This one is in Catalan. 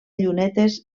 llunetes